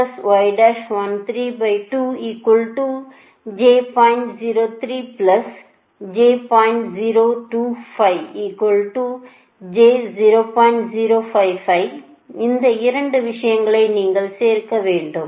இந்த 2 விஷயங்களை நீங்கள் சேர்க்க வேண்டும்